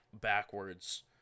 backwards